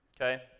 okay